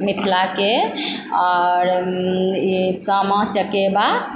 मिथिलाके आओर ई सामा चकेबा